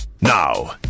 Now